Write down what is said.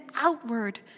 outward